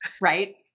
Right